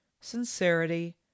sincerity